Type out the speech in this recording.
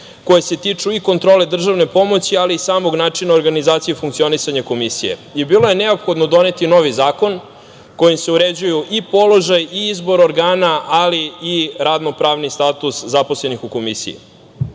koje se tiču u kontrole državne pomoći, ali i samog načina organizacije funkcionisanja Komisije. Bilo je neophodno doneti novi zakon kojim se uređuju i položaj, i izbor organa, ali i radno-pravni status zaposlenih u Komisiji. Trenutni